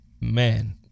man